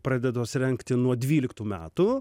pradėtos rengti nuo dvyliktų metų